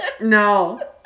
No